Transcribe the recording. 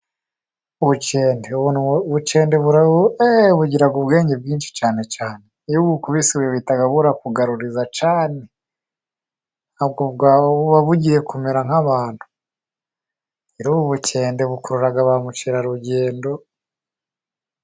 Ubu ni ubukende bugira ubwenge bwinshi cyane. Iyo ububise ibintu buhita bubikugaruriza cyane .Nabwo ubwabwo bubagiye kumera nk'abantu. Ubukende bukurura bamukerarugendo.